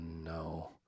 no